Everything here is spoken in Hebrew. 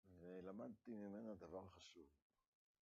למדתי ממנה דבר חשוב